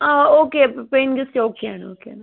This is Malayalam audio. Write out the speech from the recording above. അ ഓക്കേ പേയിങ് ഗസ്റ്റ് ഓക്കേ ആണ് ഓക്കേ ആണ്